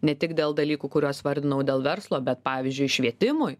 ne tik dėl dalykų kuriuos vardinau dėl verslo bet pavyzdžiui švietimui